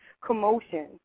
commotion